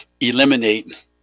eliminate